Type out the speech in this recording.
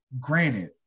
Granted